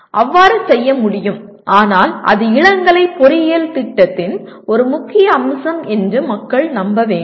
அவ்வாறு செய்ய முடியும் ஆனால் இது இளங்கலை பொறியியல் திட்டத்தின் ஒரு முக்கிய அம்சம் என்று மக்கள் நம்ப வேண்டும்